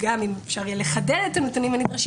גם אם אפשר יהיה לחד ד את הנתונים הנדרשים